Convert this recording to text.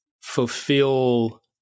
fulfill